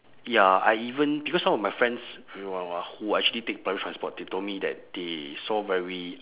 ya I even because some of my friends who actually take public transport they told me that they saw very